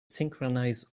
synchronize